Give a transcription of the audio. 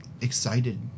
Excited